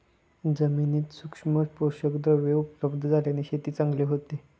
जमिनीत सूक्ष्म पोषकद्रव्ये उपलब्ध झाल्याने शेती चांगली होते